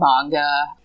manga